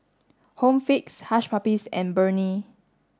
Home Fix Hush Puppies and Burnie